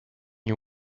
you